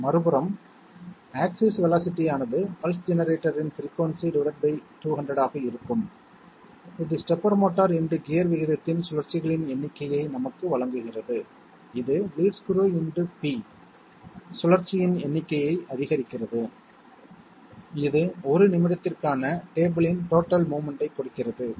மறுபுறம் axis velocity ஆனது pulse ஜெனரேட்டரின் பிரிக்குயின்சி 200 ஆக இருக்கும் இது ஸ்டெப்பர் மோட்டார் × கியர் விகிதத்தின் சுழற்சிகளின் எண்ணிக்கையை நமக்கு வழங்குகிறது இது லீட் ஸ்க்ரூ × p சுழற்சியின் எண்ணிக்கையை அதிகரிக்கிறது இது ஒரு நிமிடத்திற்கான டேபிள் இன் டோட்டல் மோவ்மென்ட் ஐக் கொடுக்கிறது